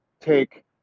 take